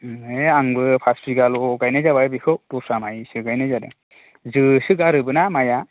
ओइ आंबो फास बिगाल' गायनाय जाबाय बेखौ दस्रा माइसो गायनाय जादों जोसो गारोबोना माइया